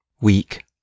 weak